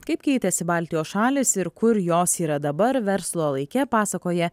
kaip keitėsi baltijos šalys ir kur jos yra dabar verslo laike pasakoja